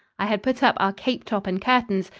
i had put up our cape top and curtains,